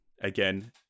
Again